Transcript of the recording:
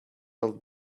old